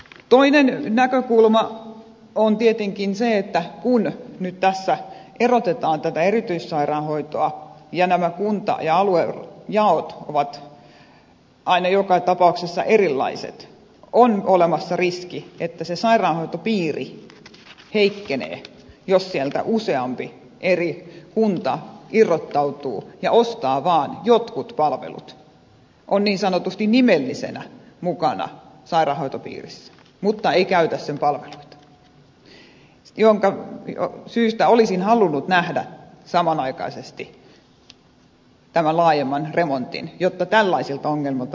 toinen näkökulma on tietenkin se että kun nyt tässä erotetaan tätä erityissairaanhoitoa ja nämä kunta ja aluejaot ovat aina joka tapauksessa erilaiset on olemassa riski että se sairaanhoitopiiri heikkenee jos sieltä useampi eri kunta irrottautuu ja ostaa vaan jotkut palvelut on niin sanotusti nimellisenä mukana sairaanhoitopiirissä mutta ei käytä sen palveluita ja siitä syystä olisin halunnut nähdä samanaikaisesti tämän laajemman remontin jotta tällaisilta ongelmilta voitaisiin välttyä